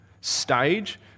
stage